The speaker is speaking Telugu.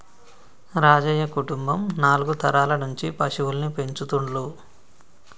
రాజయ్య కుటుంబం నాలుగు తరాల నుంచి పశువుల్ని పెంచుతుండ్లు